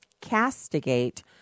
castigate